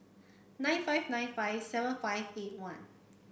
nine five nine five seven five eight one